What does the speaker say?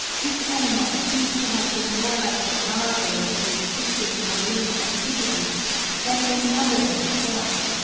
this animal seems to have been more like the larvae of the existing marine ascidians than any other known form.